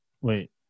Wait